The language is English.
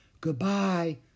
Goodbye